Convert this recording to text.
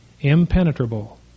impenetrable